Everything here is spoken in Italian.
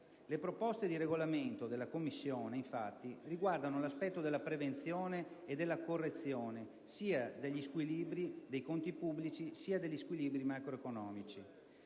Le proposte di regolamento della Commissione, infatti, riguardano l'aspetto della prevenzione e della correzione sia degli squilibri dei conti pubblici sia degli squilibri macroeconomici.